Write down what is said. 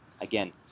Again